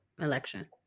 election